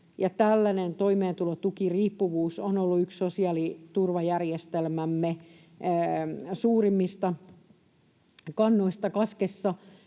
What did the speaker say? tällainen toimeentulotukiriippuvuus on ollut yksi sosiaaliturvajärjestelmämme suurimmista kannoista kaskessa.